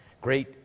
great